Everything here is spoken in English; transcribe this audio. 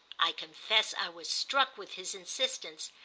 i confess i was struck with his insistence,